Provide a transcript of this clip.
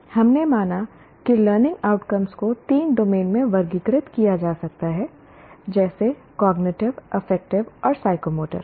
हमने माना कि लर्निंग आउटकम्स को तीन डोमेन में वर्गीकृत किया जा सकता है जैसे कॉग्निटिव अफेक्टिव और साइकोमोटर